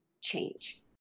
change